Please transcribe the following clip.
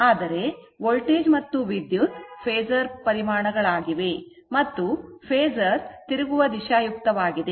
ಆದರೆ ವೋಲ್ಟೇಜ್ ಮತ್ತು ವಿದ್ಯುತ್ ಫೇಸರ್ ಪರಿಮಾಣಗಳಾಗಿವೆ ಮತ್ತು ಫೇಸರ್ ತಿರುಗುವ ದಿಶಾಯುಕ್ತವಾಗಿದೆ